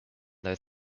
their